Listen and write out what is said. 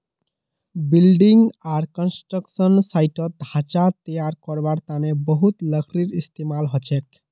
building आर construction साइटत ढांचा तैयार करवार तने बहुत लकड़ीर इस्तेमाल हछेक